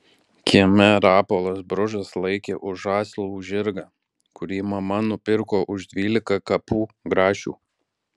kieme rapolas bružas laikė už žąslų žirgą kurį mama nupirko už dvylika kapų grašių